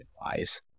wise